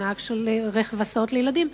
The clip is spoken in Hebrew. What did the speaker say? הוא נהג של רכב הסעות לילדים,